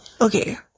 Okay